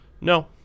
no